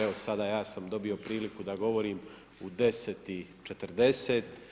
Evo sada ja sam dobio priliku da govorim u 10,40.